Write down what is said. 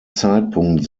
zeitpunkt